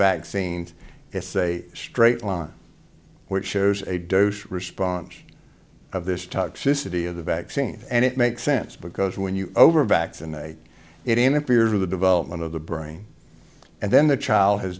vaccines it's a straight line which shows a dose response of this toxicity of the vaccine and it makes sense because when you over vaccinate it interferes with the development of the brain and then the child has